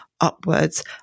upwards